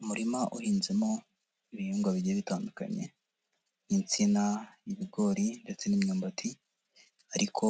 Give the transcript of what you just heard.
Umurima uhinzemo ibihingwa bigiye bitandukanye, insina, ibigori ndetse n'imyumbati ariko